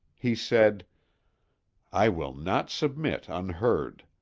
he said i will not submit unheard.